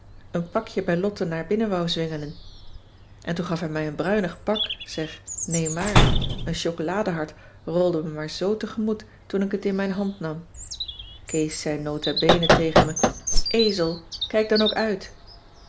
een pakje bij lotte naar binnen wou zwingelen en toen gaf hij mij een bruinig pak zeg nee maar een chocolade hart rolde me maar zoo tegemoet toen ik het in mijn hand nam kees zei nota bene tegen me ezel kijk dan ook uit